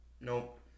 nope